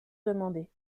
demandée